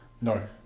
No